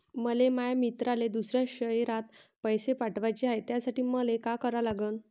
मले माया मित्राले दुसऱ्या शयरात पैसे पाठवाचे हाय, त्यासाठी मले का करा लागन?